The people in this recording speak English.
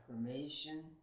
affirmation